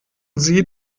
sie